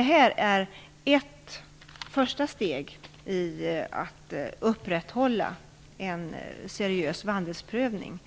här är ett första steg i upprätthållandet av en seriös vandelsprövning.